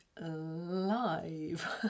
live